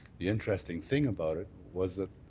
the interesting thing about it was that,